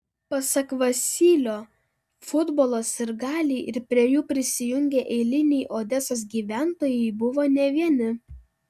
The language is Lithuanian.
pasak vasylio futbolo sirgaliai ir prie jų prisijungę eiliniai odesos gyventojai buvo ne vieni